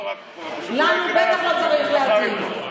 לנו בטח לא צריך להטיף.